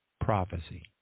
prophecy